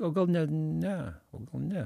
o gal ne ne o gal ne